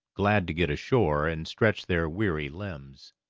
glad to get ashore and stretch their weary limbs.